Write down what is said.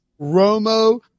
romo